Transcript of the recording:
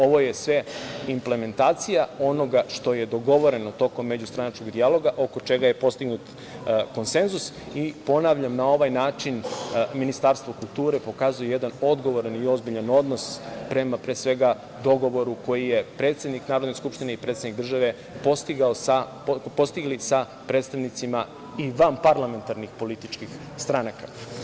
Ovo je sve implementacija onoga što je dogovoreno tokom međustranačkog dijaloga oko čega je postignut konsenzus i ponavljam na ovaj način Ministarstvo kulture pokazuju jedan odgovoran i ozbiljan odnos prema, pre svega, dogovoru koji je predsednik Narodne skupštine i predsednik države postigli sa predstavnicima i vanparlamentarnih političkih stranaka.